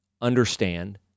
understand